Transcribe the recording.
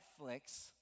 Netflix